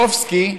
סביאטקובסקי,